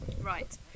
right